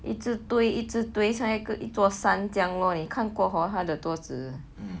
一直堆一直堆像一个一座山这样咯你看过 hor 他的桌子